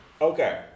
okay